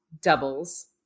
doubles